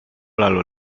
lalu